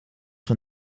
van